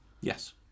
Yes